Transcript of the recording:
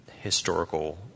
historical